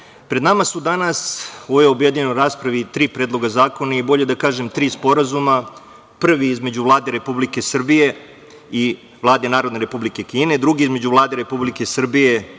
pred nama su danas u ovoj objedinjenoj raspravi tri predloga zakona, bolje da kažem tri sporazuma, prvi između Vlade Republike Srbije i Vlade Narodne Republike Kine, drugi između Vlade Republike Srbije